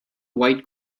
white